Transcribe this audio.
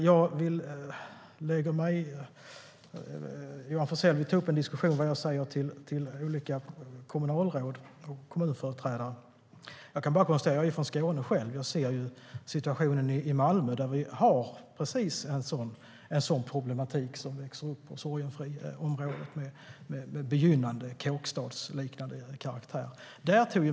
Johan Forssell vill ta upp en diskussion om vad jag säger till olika kommunalråd och kommunföreträdare. Jag är från Skåne själv, och jag ser situationen i Malmö där vi har precis en sådan problematik som växer på Sorgenfriområdet med en begynnande kåkstadskaraktär.